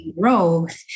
growth